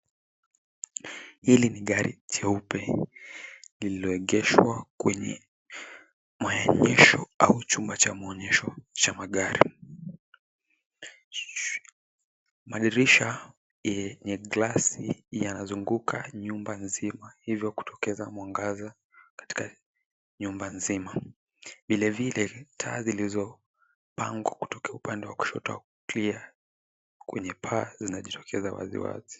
Hili ni gari jeupe liloegeshwa kwenye maonyesho au chumba cha maonyesho cha magari. Madirisha yenye glasi yanazunguka nyumba nzima hivyo kutokeza mwangaza katika nyumba nzima. Vilevile taa zilizopangwa kutokea upande wa kushoto au kulia kwenye paa zinajitokeza waziwazi.